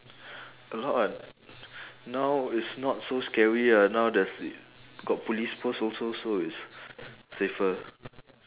a lot ah now is not so scary ah now there's got police post also so it's safer